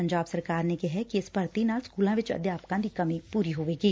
ਪੰਜਾਬ ਸਰਕਾਰ ਨੇ ਕਿਹਾ ਕਿ ਇਸ ਭਰਤੀ ਨਾਲ ਸਕੁਲਾਂ ਵਿੱਚ ਅਧਿਆਪਕਾਂ ਦੀ ਕਮੀ ਪੂਰੀ ਹੋ ਜਾਵੇਗੀ